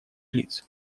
лиц